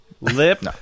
lip